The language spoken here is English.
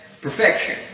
perfection